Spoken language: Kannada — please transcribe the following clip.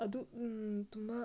ಅದು ತುಂಬ